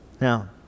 Now